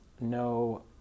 no